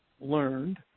learned